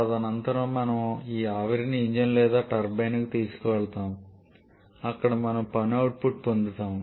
తదనంతరం మనము ఈ ఆవిరిని ఇంజిన్ లేదా టర్బైన్కు తీసుకువెళతాము అక్కడ మనము పని అవుట్పుట్ పొందుతాము